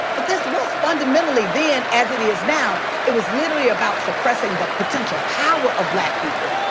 but this was fundamentally then as it is now, it was literally about suppressing the potential power of black people.